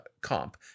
comp